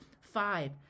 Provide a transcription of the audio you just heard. five